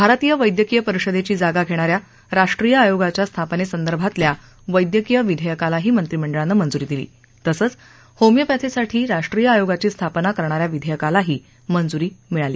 भारतीय वस्क्रीय परिषदेची जागा घेणाऱ्या राष्ट्रीय आयोगाच्या स्थापनेसंदर्भातल्या वध्कीय विधेयकालाही मंत्रिमंडळानं मंजूरी दिली तसंच होमिओपॅथीसाठी राष्ट्रीय आयोगाची स्थापना करणाऱ्या विघेयकालाही मंजुरी देण्यात आली